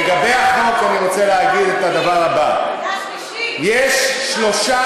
לגבי החוק אני רוצה להגיד את הדבר הבא: יש שלושה